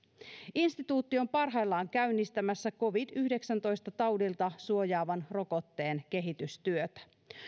instituutti on parhaillaan käynnistämässä covid yhdeksäntoista taudilta suojaavan rokotteen kehitystyötä